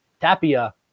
Tapia